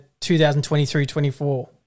2023-24